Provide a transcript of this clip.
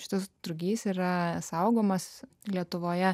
šis drugys yra saugomas lietuvoje